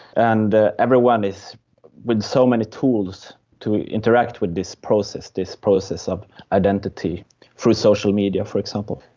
and everyone is with so many tools to interact with this process, this process of identity through social media, for example.